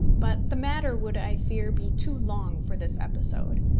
but the matter would, i fear, be too long for this episode,